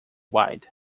wide